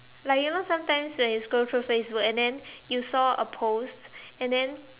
like you know sometimes when you scroll through Facebook and then you saw a post and then